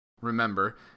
Remember